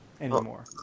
anymore